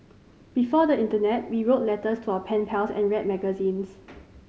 before the internet we wrote letters to our pen pals and read magazines